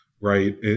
right